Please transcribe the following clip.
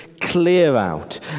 clear-out